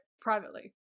privately